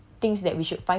he